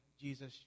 Jesus